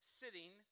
sitting